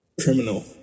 Criminal